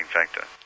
factor